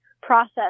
process